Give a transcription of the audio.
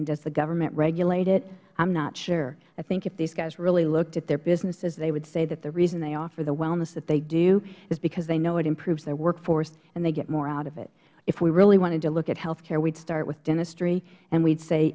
and does the government regulate it i am not sure i think if these guys really looked at their businesses they would say that the reason they offer the wellness that they do is because they know it improves their workforce and they get more out of it if we really wanted to look at health care we would start with dentistry and we